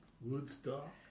Woodstock